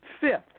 Fifth